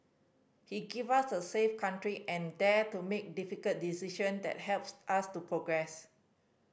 he give us a safe country and dared to make difficult decision that helps us to progress